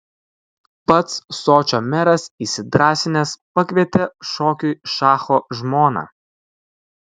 pats sočio meras įsidrąsinęs pakvietė šokiui šacho žmoną